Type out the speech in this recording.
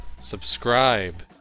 subscribe